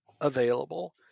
Available